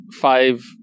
five